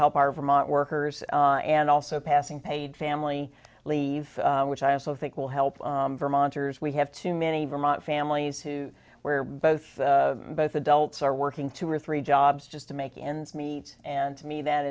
help our vermont workers and also passing paid family leave which i also think will help vermonters we have too many vermont families who where both both adults are working two or three jobs just to make ends meet and to me that